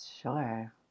sure